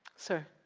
sir.